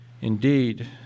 Indeed